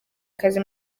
akazi